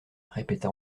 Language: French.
répéta